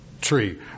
tree